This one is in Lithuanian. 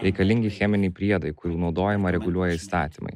reikalingi cheminiai priedai kurių naudojimą reguliuoja įstatymai